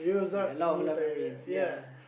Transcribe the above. a lot a lot of memories ya